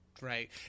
right